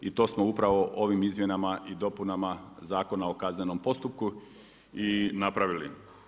I to smo upravo ovim izmjenama i dopunama Zakona o kaznenom postupku i napravili.